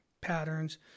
Patterns